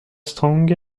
strong